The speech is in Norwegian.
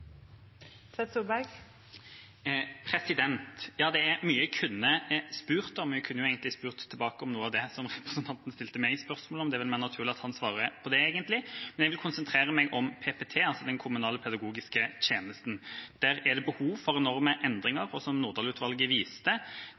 Det er mye jeg kunne spurt om. Jeg kunne spurt tilbake om noe av det som representanten stilte meg spørsmål om. Det er vel mer naturlig at han svarer på det, egentlig. Jeg vil konsentrere meg om PPT, den kommunale pedagogiske tjenesten. Der er det behov for enorme endringer. Som Nordahl-utvalget viste,